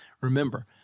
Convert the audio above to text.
Remember